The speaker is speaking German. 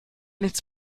nichts